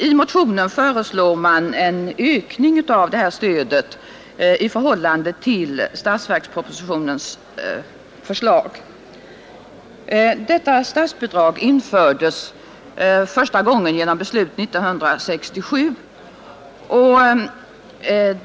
I motionen föreslås en ökning av stödet i förhållande till statsverkspropositionens förslag. Detta statsbidrag infördes första gången genom beslut 1967.